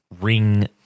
ring